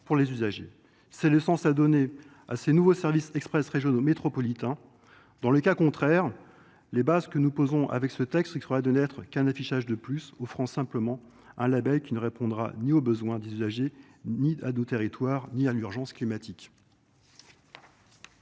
pour les usagers c'est le sens à donner à ces nouveaux services express régionaux métropolitains dans le cas contraire les bases que nous posons avec ce texte seraient de n'être qu'un affichage de plus, offrant simplement un label qui ne répondra ni aux besoins des usagers, ni à nos territoires, ni à l'urgence climatique.